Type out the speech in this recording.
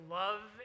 love